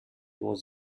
was